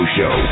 Show